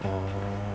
ah